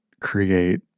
create